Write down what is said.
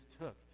took